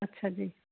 ਅੱਛਾ ਜੀ